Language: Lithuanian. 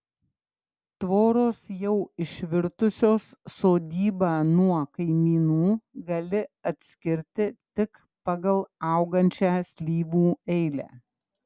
tvoros jau išvirtusios sodybą nuo kaimynų gali atskirti tik pagal augančią slyvų eilę